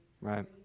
Right